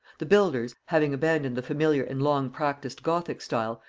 the builders, having abandoned the familiar and long practised gothic style,